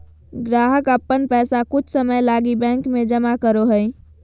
ग्राहक अपन पैसा कुछ समय लगी बैंक में जमा करो हइ